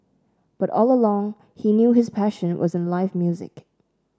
but all along he knew his passion was in live music